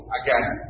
again